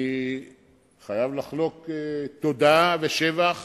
אני חייב לחלוק תודה ושבח